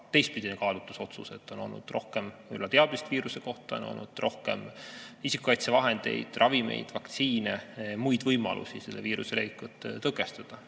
teistpidine kaalutlusotsus, kuna meil on olnud rohkem teadmist selle viiruse kohta, on olnud rohkem isikukaitsevahendeid, ravimeid, vaktsiine ja muid võimalusi viiruse levikut tõkestada.